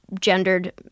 gendered